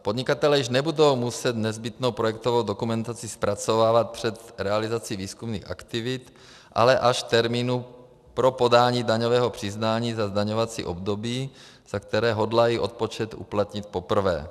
Podnikatelé již nebudou muset nezbytnou projektovou dokumentaci zpracovávat před realizací výzkumných aktivit, ale až v termínu pro podání daňového přiznání za zdaňovací období, za které hodlají odpočet uplatnit poprvé.